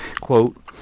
Quote